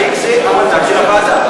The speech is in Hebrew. האם זה המנדט של הוועדה?